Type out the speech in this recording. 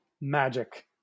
magic